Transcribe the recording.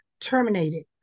terminated